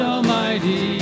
Almighty